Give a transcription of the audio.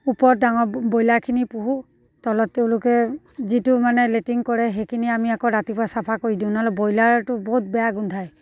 ওপৰত ডাঙৰ ব্ৰইলাৰখিনি পোহোঁ তলত তেওঁলোকে যিটো মানে লেটিং কৰে সেইখিনি আমি আকৌ ৰাতিপুৱা চাফা কৰি দিওঁ নহ'লে ব্ৰইলাৰটো বহুত বেয়া গোন্ধায়